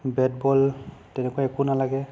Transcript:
bat ball তেনেকুৱা একো নালাগে